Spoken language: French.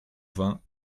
vingt